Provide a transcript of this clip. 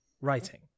writing